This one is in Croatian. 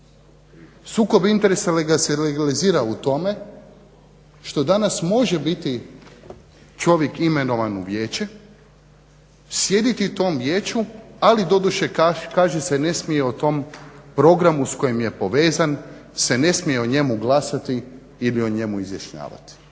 Sukob interesa se legalizira u tome što danas može biti čovjek imenovan vijeće, sjediti u tom vijeću ali doduše kaže se ne smije u tom programu s kojim je povezan se ne smije o njemu glasati ili o njemu izjašnjavati.